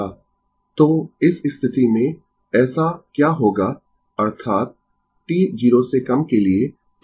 Refer Slide Time 0153 तो इस स्थिति में ऐसा क्या होगा अर्थात t 0 से कम के लिए